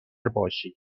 باشید